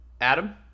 Adam